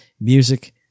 Music